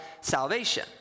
salvation